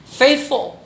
faithful